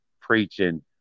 preaching